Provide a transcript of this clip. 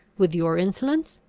with your insolence?